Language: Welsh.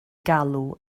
galw